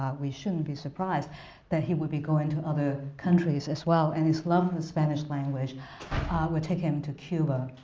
we shouldn't be surprised that he would be going to other countries as well. and his love of the spanish language would take him to cuba.